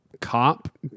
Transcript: cop